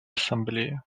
ассамблея